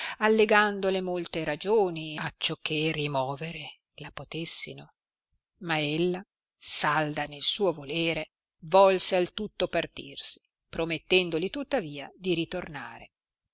allegandole molte ragioni acciò che rimovere la potessino ma ella salda nel suo volere volse al tutto partirsi promettendoli tuttavia di ritornare